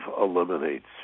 eliminates